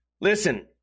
listen